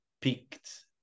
picked